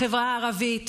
החברה הערבית,